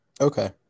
Okay